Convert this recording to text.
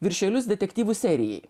viršelius detektyvų serijai